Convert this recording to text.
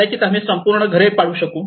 कदाचित आम्ही संपूर्ण घरे पाडू शकू